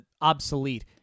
obsolete